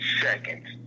seconds